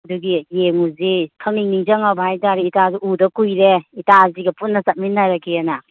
ꯑꯗꯨꯒꯤ ꯌꯦꯡꯉꯨꯁꯤ ꯈꯪꯅꯤꯡ ꯅꯤꯡꯁꯤꯉꯕ ꯍꯥꯏꯇꯥꯔꯦ ꯏꯇꯥꯁꯨ ꯎꯗ ꯀꯨꯏꯔꯦ ꯏꯇꯥꯁꯤꯒ ꯄꯨꯟꯅ ꯆꯠꯃꯤꯟꯅꯔꯒꯦꯅ